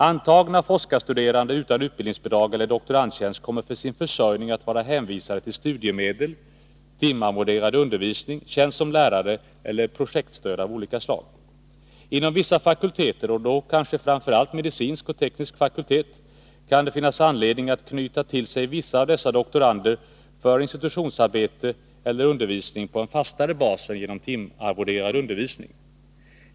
Antagna forskarstuderande utan utbildningsbidrag eller doktorandtjänst kommer för sin försörjning att vara hänvisade till studiemedel, timarvoderad undervisning, tjänst som lärare eller projektstöd av olika slag. Inom vissa fakulteter och då kanske framför allt medicinsk och teknisk fakultet kan det dock finnas anledning att knyta till sig vissa av dessa doktorander för institutionsarbete och/eller undervisning på en fastare bas än genom timarvoderad undervisning.